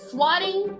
Swatting